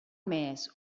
més